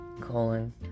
colon